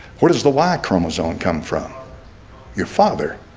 what is the y chromosome come from your father